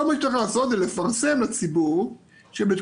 כל מה שצריך לעשות זה לפרסם לציבור שבתקופת